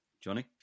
Johnny